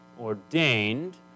ordained